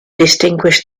distinguish